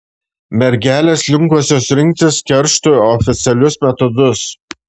mergelės linkusios rinktis kerštui oficialius metodus